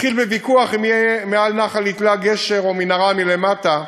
התחיל בוויכוח אם יהיה מעל נחל יתלה גשר או מנהרה מלמטה.